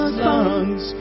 lungs